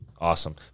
awesome